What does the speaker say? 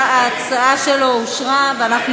התשע"ו 2016,